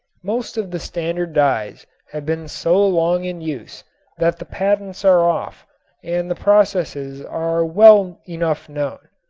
most of the standard dyes have been so long in use that the patents are off and the processes are well enough known.